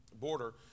border